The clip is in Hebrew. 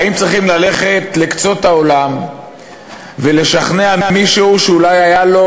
האם צריכים ללכת לקצות העולם ולשכנע מישהו שאולי היה לו